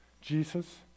Jesus